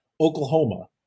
Oklahoma